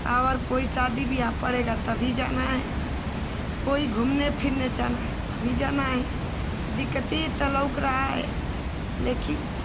और कोई शादी बियाह पड़ेगा तब भी जाना है कोई घूमने फिरने जाना है तो भी जाना है दिक्कते त लौक रहा है लेकिन